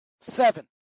seven